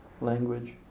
language